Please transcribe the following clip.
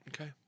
Okay